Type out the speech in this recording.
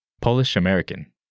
Polish-American